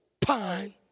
pine